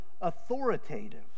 authoritative